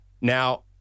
Now